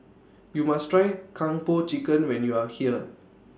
YOU must Try Kung Po Chicken when YOU Are here